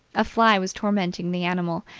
a fly was tormenting the animal,